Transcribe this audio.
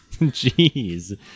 Jeez